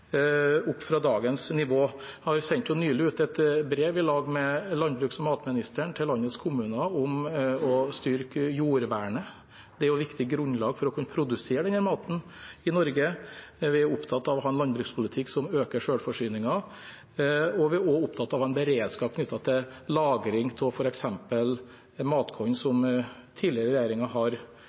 med landbruks- og matministeren, nylig sendt et brev til landets kommuner om å styrke jordvernet. Det er et viktig grunnlag for å kunne produsere denne maten i Norge. Vi er opptatt av å ha en landbrukspolitikk som øker selvforsyningen. Vi er også opptatt av å ha en beredskap knyttet til lagring av f.eks. matkorn, som tidligere regjeringer har